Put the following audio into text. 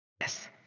yes